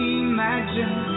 imagine